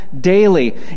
daily